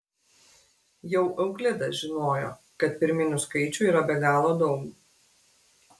jau euklidas žinojo kad pirminių skaičių yra be galo daug